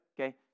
okay